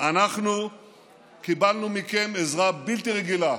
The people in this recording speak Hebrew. אנחנו קיבלנו מכם עזרה בלתי רגילה: